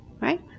Right